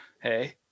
hey